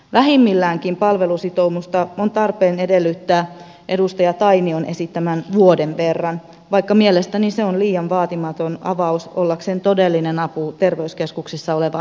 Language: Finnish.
vähimmilläänkin palvelusitoumusta on tarpeen edellyttää edustaja tainion esittämän vuoden verran vaikka mielestäni se on liian vaatimaton avaus ollakseen todellinen apu terveyskeskuksissa olevaan lääkäripulaan